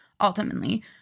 ultimately